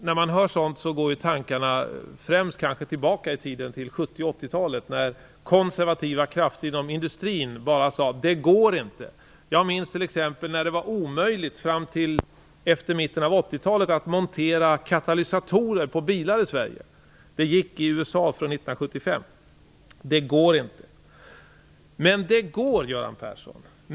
När man hör sådant går tankarna kanske främst tillbaka till 70 och 80-talen, då konservativa krafter inom industrin bara sade: Det går inte! Jag minns t.ex. att det i Sverige fram till efter mitten av 80-talet var omöjligt att montera katalysatorer på bilar. Det har det i USA gått att göra sedan 1975. Det går inte, heter det. Jo, det går, Göran Persson!